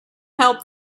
help